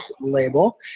label